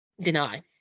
deny